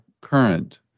current